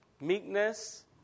meekness